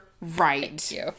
right